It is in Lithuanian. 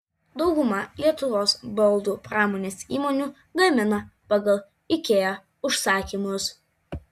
dauguma lietuvos baldų pramonės įmonių gamina pagal ikea užsakymus